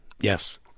Yes